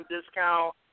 discount